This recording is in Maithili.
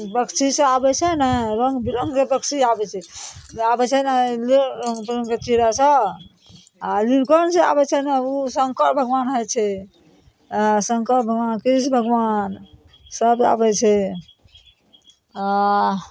पक्षी सब आबय छै ने रङ्ग बिरङ्गके पक्षी आबय छै आबय छै ने रङ्ग बिरङ्गके चिरै सब आओर नीलकण्ठ सब आबय छै ने उ शंकर भगवान होइ छै शंकर भगवान कृष्ण भगवान सब आबय छै आओर